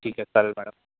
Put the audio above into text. ठीक आहे चालेल मॅडम